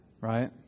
Right